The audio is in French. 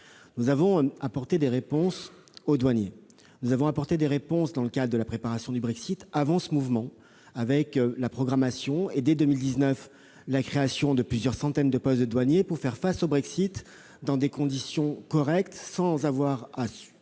Nous avons apporté des réponses aux douaniers dans le cadre de la préparation du Brexit, avant ce mouvement, avec la programmation et, dès 2019, la création de plusieurs centaines de postes de douaniers pour faire face au Brexit dans des conditions correctes, sans avoir à retirer